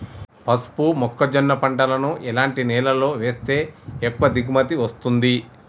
పసుపు మొక్క జొన్న పంటలను ఎలాంటి నేలలో వేస్తే ఎక్కువ దిగుమతి వస్తుంది?